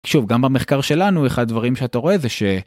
שוב גם במחקר שלנו אחד הדברים שאתה רואה זה ש.